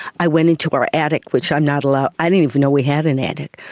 i went into our attic, which i'm not allowed, i didn't even know we had an attic,